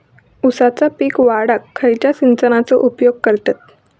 ऊसाचा पीक वाढाक खयच्या सिंचनाचो उपयोग करतत?